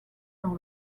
dans